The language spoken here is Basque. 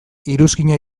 iruzkina